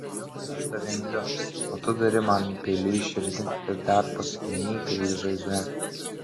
aš tave myliu o tu duri man peiliu į širdį ir dar pasukinėji peilį žaizdoje